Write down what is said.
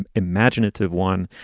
um imaginative one.